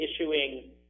issuing